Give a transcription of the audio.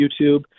youtube